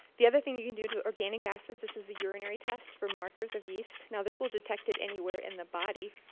the other thing you can do to the organic acid, this a urinary test for markers of yeast, now this will detected anywhere in the body,